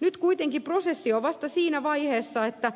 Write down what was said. nyt kuitenkin prosessi on vasta siinä vaiheessa että